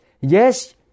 Yes